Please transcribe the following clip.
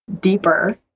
deeper